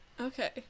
Okay